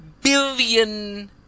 billion